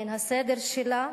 בין הסדר שלה,